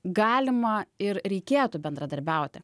galima ir reikėtų bendradarbiauti